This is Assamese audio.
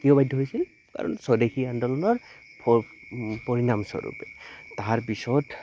কিয় বাধ্য হৈছিল কাৰণ স্বদেশী আন্দোলনৰ প পৰিণামস্বৰূপে তাৰপিছত